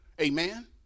Amen